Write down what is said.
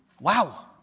Wow